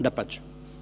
Dapače.